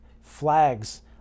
flags